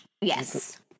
Yes